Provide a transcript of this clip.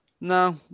No